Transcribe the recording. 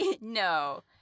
No